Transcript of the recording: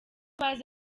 bazi